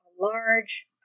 large